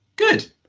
good